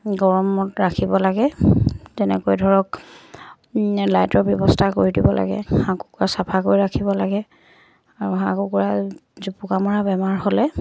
গৰমত ৰাখিব লাগে তেনেকৈ ধৰক লাইটৰ ব্যৱস্থা কৰি দিব লাগে হাঁহ কুকুৰা চাফা কৰি ৰাখিব লাগে আৰু হাঁহ কুকুৰা জোপোকা মৰা বেমাৰ হ'লে